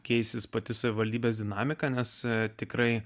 keisis pati savivaldybės dinamika nes tikrai